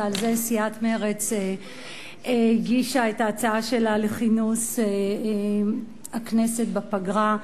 ועל זה סיעת מרצ הגישה את ההצעה שלה לכינוס הכנסת בפגרה,